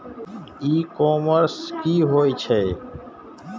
ई commerce की होए छै?